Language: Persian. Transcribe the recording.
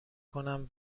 کنم